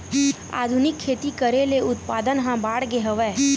आधुनिक खेती करे ले उत्पादन ह बाड़गे हवय